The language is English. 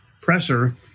Presser